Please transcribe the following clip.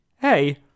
hey